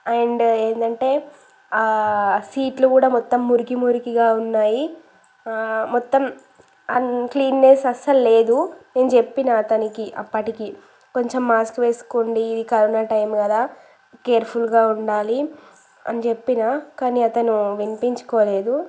and ఏంటంటే సీట్లు కూడా మొత్తం మురికి మురికిగా ఉన్నాయి మొత్తం క్లీన్నెస్ అస్సలు లేదు నేను చెప్పిన అతనికి అప్పటికి కొంచెం మాస్క్ వేసుకోండి ఇది కరోనా టైం కదా కేర్ఫుల్గా ఉండాలి అని చెప్పిన కానీ అతను వినిపించుకోలేదు